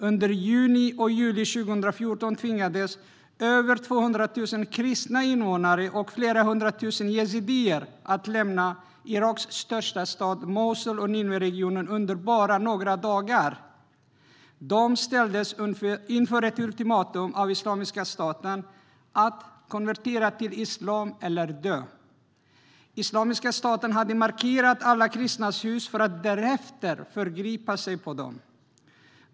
Under juni och juli 2014 tvingades över 200 000 kristna invånare och flera hundra tusen yazidier att lämna Iraks största stad Mosul och Nineveregionen under bara några dagar. De ställdes inför ett ultimatum av Islamiska staten att konvertera till islam eller dö. Islamiska staten hade markerat alla kristnas hus för att därefter förgripa sig på dem.